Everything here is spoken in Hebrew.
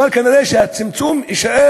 אבל כנראה הפער יישאר,